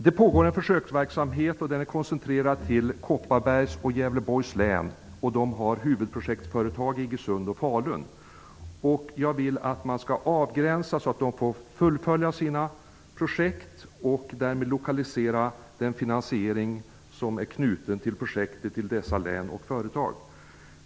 Det pågår en försöksverksamhet, som är koncentrerad till Kopparbergs och Gävleborgs län. Huvudprojektföretag finns i Iggesund och Falun. Jag vill att detta skall avgränsas så att de får fullfölja sina projekt och att den finansiering som är knuten till projekten därmed lokaliseras till dessa län och företag.